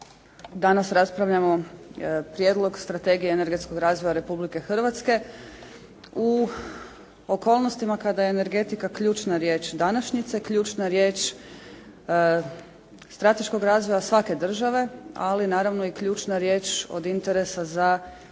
Danas raspravljamo Prijedlog Strategije energetskog razvoja Republike Hrvatske u okolnostima kada je energetika ključna riječ današnjice, ključna riječ strateškog razvoja svake države, ali naravno i ključna riječ od interesa za svakog